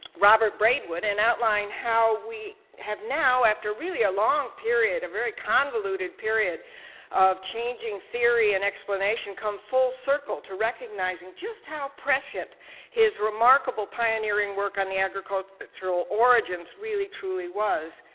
robert braidwood, and outline how we have now after really a long period, a very convoluted period of changing theory and explanation, come full circle to recognizing just how prescient his remarkable pioneering work on the agricultural origins really truly was.